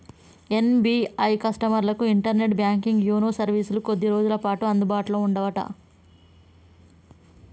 SBI కస్టమర్లకు internet banking YONO సర్వీసులు కొద్ది రోజులపాటు అందుబాటులో ఉండవట